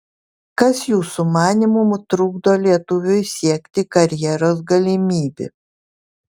kas jūsų manymu trukdo lietuviui sieki karjeros galimybių